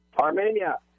Armenia